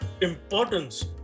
importance